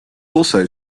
also